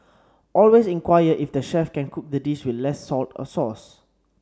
always inquire if the chef can cook the dish with less salt or sauce